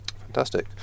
Fantastic